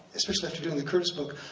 especially after doing the curtis book,